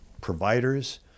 providers